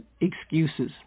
excuses